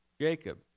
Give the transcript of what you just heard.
Jacob